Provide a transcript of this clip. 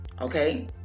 Okay